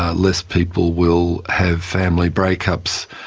ah less people will have family breakups,